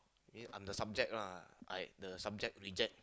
I'm the subject lah I'm the subject reject